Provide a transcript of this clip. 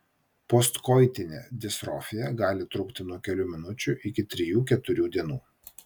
postkoitinė disforija gali trukti nuo kelių minučių iki trijų keturių dienų